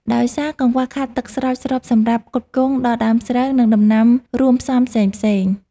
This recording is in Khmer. ដោយសារកង្វះខាតទឹកស្រោចស្រពសម្រាប់ផ្គត់ផ្គង់ដល់ដើមស្រូវ និងដំណាំរួមផ្សំផ្សេងៗ។